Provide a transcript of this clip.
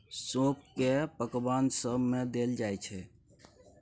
सौंफ केँ पकबान सब मे देल जाइ छै